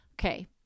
Okay